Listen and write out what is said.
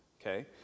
Okay